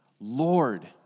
Lord